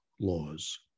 laws